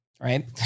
Right